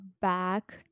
back